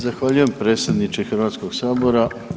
Zahvaljujem, predsjedniče Hrvatskog sabora.